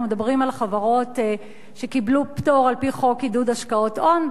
אנחנו מדברים על חברות שקיבלו פטור על-פי חוק עידוד השקעות הון.